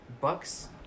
Bucks